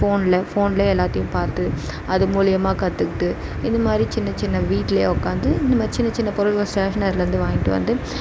ஃபோனில் ஃபோனிலேயே எல்லாத்தையும் பார்த்து அது மூலயமா கற்றுக்கிட்டு இந்த மாதிரி சின்ன சின்ன வீட்டிலையே உக்காந்து இந்த மாதிரி சின்ன சின்ன பொருள்கள் ஸ்டேஷ்னரியில் இருந்து வாங்கிகிட்டு வந்து